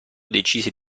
decise